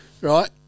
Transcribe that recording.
Right